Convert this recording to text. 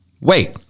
wait